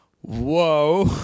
whoa